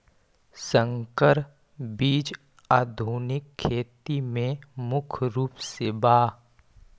संकर बीज आधुनिक खेती में मुख्य रूप से बा